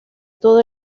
todo